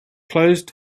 closed